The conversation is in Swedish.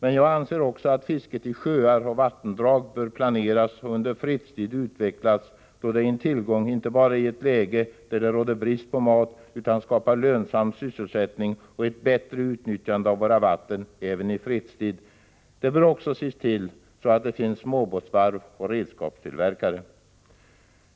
Men jag anser också att fisket i sjöar och vattendrag bör planeras och under fredstid utvecklas, då det är en tillgång inte bara i ett läge, då det råder brist på mat, utan skapar lönsam sysselsättning och ett bättre utnyttjande av våra vatten även i fredstid. Det bör också ses till att det finns småbåtsvarv och redskapstillverkare.